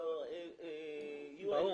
--- באו"ם.